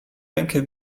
rękę